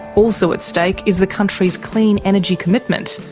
also at stake is the country's clean energy commitment,